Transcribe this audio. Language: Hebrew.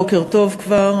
בוקר טוב כבר,